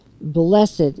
Blessed